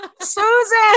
Susan